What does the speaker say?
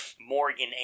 Morgan